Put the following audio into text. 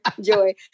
joy